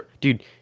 dude